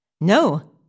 No